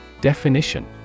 Definition